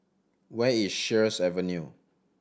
where is Sheares Avenue